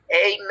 Amen